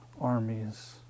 armies